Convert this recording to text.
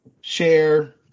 share